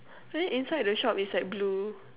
then inside the shop is like blue